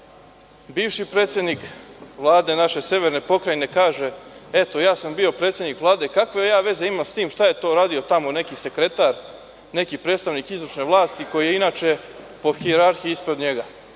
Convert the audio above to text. bivši predsednik Vlade naše severne Pokrajine kaže – ja sam bio predsednik Vlade, kakve ja veze imam sa tim šta je uradio tamo neki sekretar, neki predstavnik izvršne vlasti, koji je inače po hijerarhiji ispod njega.